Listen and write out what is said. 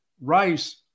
Rice